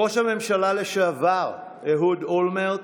ראש הממשלה לשעבר אהוד אולמרט,